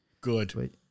Good